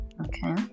Okay